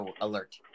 alert